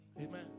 Amen